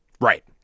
right